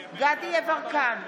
דסטה גדי יברקן,